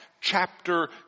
chapter